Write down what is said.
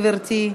גברתי,